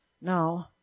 No